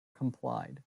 complied